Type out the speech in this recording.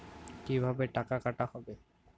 কিভাবে টাকা কাটা হবে?